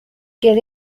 get